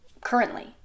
currently